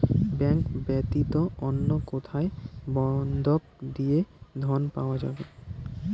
Bank ব্যাতীত অন্য কোথায় বন্ধক দিয়ে ঋন পাওয়া যাবে?